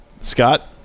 Scott